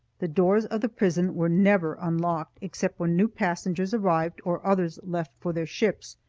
the doors of the prison were never unlocked except when new passengers arrived or others left for their ships.